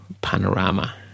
panorama